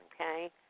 okay